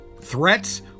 threats